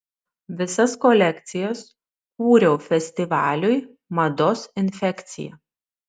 visas kolekcijas kūriau festivaliui mados infekcija